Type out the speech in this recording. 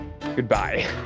Goodbye